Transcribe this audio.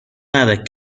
ندارد